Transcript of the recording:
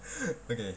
okay